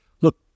look